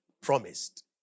Promised